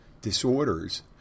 disorders